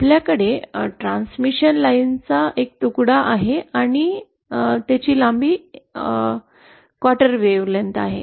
आपल्याकडे ट्रांसमिशन लाइनचा एक तुकडा आहे आणि एक क्वार्टर तरंगलांबी आहे